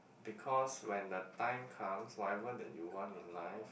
because when the time comes whatever that you want in life